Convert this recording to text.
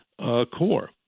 core